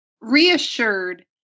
Reassured